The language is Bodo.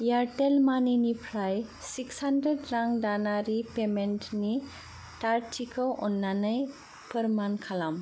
एयारटेल मानिनिफ्राय सिक्स हान्ड्रेड रां दानारि पेमेन्टनि थारथिखौ अननानै फोरमान खालाम